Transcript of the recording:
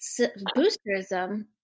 boosterism